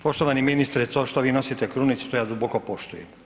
Poštovani ministre, to što vi nosite krunice, to ja duboko poštujem.